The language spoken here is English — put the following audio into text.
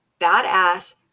badass